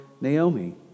Naomi